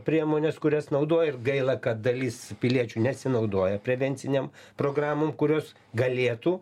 priemonės kurias naudoja ir gaila kad dalis piliečių nesinaudoja prevencinėm programom kurios galėtų